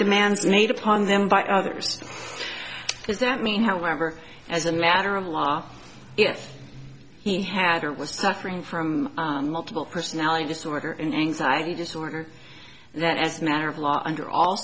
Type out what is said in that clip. demands made upon them by others is that mean however as a matter of law if he hadn't was suffering from multiple personality disorder and anxiety disorder that as a matter of law under all